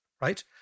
right